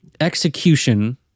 execution